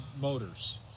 motors